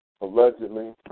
Allegedly